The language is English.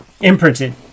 Imprinted